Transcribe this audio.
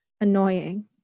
annoying